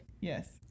Yes